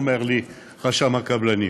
אומר לי רשם הקבלנים,